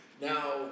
Now